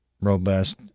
robust